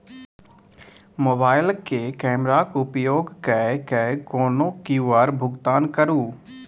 मोबाइलक कैमराक उपयोग कय कए कोनो क्यु.आर भुगतान करू